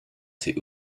c’est